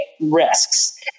risks